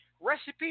recipe